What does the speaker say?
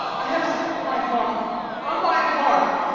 i have something on my heart on my heart.